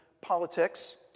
politics